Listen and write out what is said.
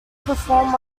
perform